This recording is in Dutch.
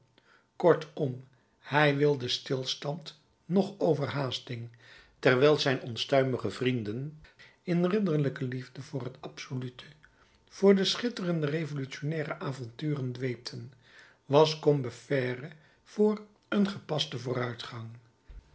kortom hij wilde stilstand noch overhaasting terwijl zijn onstuimige vrienden in ridderlijke liefde voor het absolute voor de schitterende revolutionnaire avonturen dweepten was combeferre voor een gepasten vooruitgang